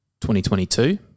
2022